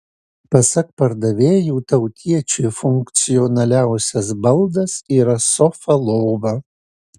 pasak pardavėjų tautiečiui funkcionaliausias baldas yra sofa lova